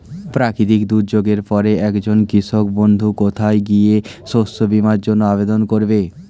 প্রাকৃতিক দুর্যোগের পরে একজন কৃষক বন্ধু কোথায় গিয়ে শস্য বীমার জন্য আবেদন করবে?